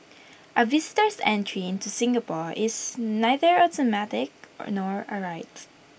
A visitor's entry into Singapore is neither automatic nor A right